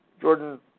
Jordan